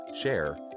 share